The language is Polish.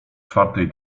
czwartej